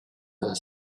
her